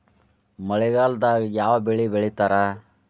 ಮಳೆಗಾಲದಾಗ ಯಾವ ಬೆಳಿ ಬೆಳಿತಾರ?